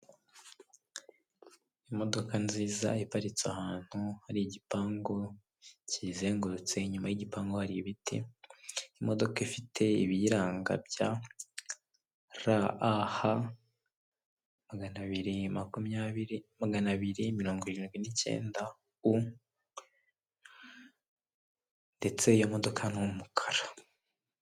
Imodoka nziza iparitse ahantu hari igipangu kiyizengurutse, inyuma y'igipangu hari ibiti imodoka, ifite ibiyiranga bya ra a ha magana abiri mirongo irindwi n'icyenda u ndetse iyo modoka n'umukara.